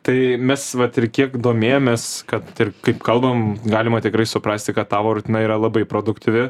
tai mes vat ir kiek domėjomės kad ir kaip kalbam galima tikrai suprasti ka tavo rutina yra labai produktyvi